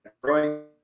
growing